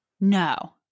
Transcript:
No